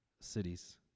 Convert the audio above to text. cities